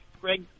Greg